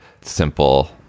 simple